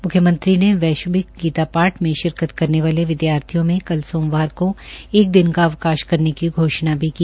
मुख्यमंत्री ने वैश्विक गीता पाठ में शिरकत करने वाले विदयालयों में कल सोमवार को एक दिन का अवकाश करने की घोषणा भी की